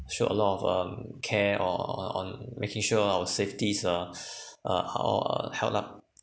show a lot of um care or on making sure on our safety uh uh how uh help lah